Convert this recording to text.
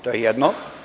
To je jedno.